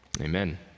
amen